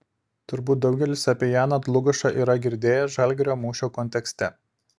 turbūt daugelis apie janą dlugošą yra girdėję žalgirio mūšio kontekste